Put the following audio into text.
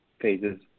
phases